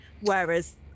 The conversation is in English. whereas